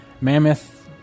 mammoth